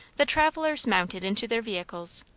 the travellers mounted into their vehicles,